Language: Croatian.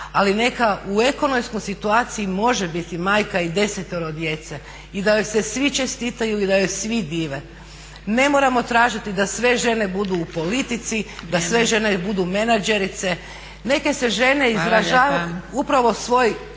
ali neka u ekonomskoj situaciji može biti majka i 10-tero djece i da joj svi čestitaju i da joj se svi dive. Ne moramo tražiti da sve žene budu u politici, da sve žene budu menadžerice. Neke se žene izražavaju, upravo svoj,